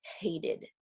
hated